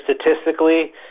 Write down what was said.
statistically